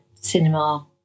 cinema